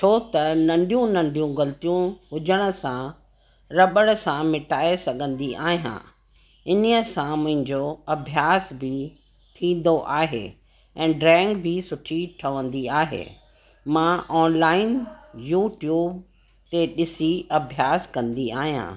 छो त नंढियूं नंढियूं ग़लतियूं हुजण सां रॿड़ सां मिटाए सघंदी आहियां इन्हीअ सां मुंहिंजो अभ्यास बि थींदो आहे ऐं ड्रॉइंग बि सुठी ठहंदी आहे मां ऑनलाइन यूट्यूब ते ॾिसी अभ्यास कंदी आहियां